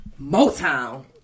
Motown